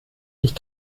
ich